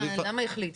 מה, למה החליט?